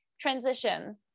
transition